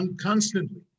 Constantly